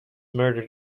murder